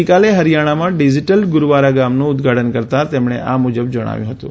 ગઈકાલે હરિયાણામાં ડિજિટલ ગુરવારા ગામનું ઉદઘાટન કરતાં તેમણે આ મુજબ જણાવ્યું હતું